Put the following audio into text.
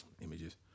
images